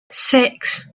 six